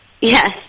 Yes